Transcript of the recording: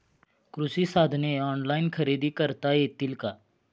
कृषी साधने ऑनलाइन खरेदी करता येतील का?